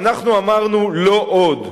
ואנחנו אמרנו: לא עוד.